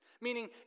Meaning